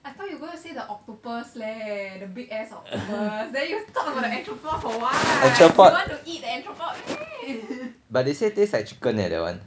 entrepot but they say taste like chicken eh that one